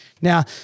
Now